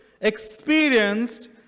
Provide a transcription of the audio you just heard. experienced